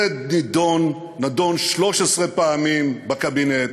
זה נדון 13 פעמים בקבינט,